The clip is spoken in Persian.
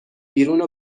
بیرون